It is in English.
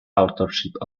authorship